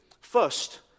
First